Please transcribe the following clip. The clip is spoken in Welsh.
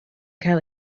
cael